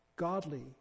godly